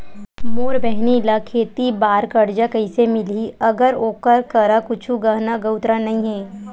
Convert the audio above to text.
मोर बहिनी ला खेती बार कर्जा कइसे मिलहि, अगर ओकर करा कुछु गहना गउतरा नइ हे?